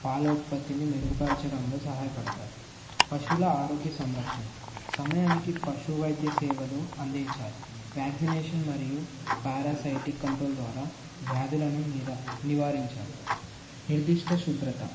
పాలోత్పత్తిని మెరుగుపరచడంలో సహాయపడతాయి పశువుల ఆరోగ్య సంరక్షణ సమయానికి పశు వైద్య సేవలు అందించాలి వ్యాక్జినేషన్ మరియు పారాసైటిక్ కంట్రోల్ ద్వారా వ్యాధులను నిరా నివారించాలి నిర్దిష్ట శుభ్రత